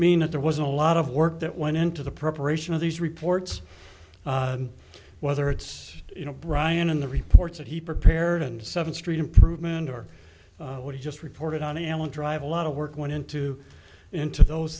mean that there wasn't a lot of work that went into the preparation of these reports whether it's you know brian in the reports that he prepared and seven street improvement or what he just reported on the allen drive a lot of work went into into those